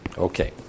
Okay